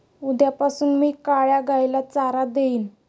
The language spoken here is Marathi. उद्यापासून मी काळ्या गाईला चारा देईन